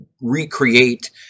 recreate